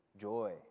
joy